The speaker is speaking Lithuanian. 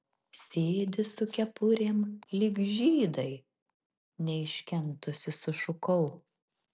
sėdi su kepurėm lyg žydai neiškentusi sušukau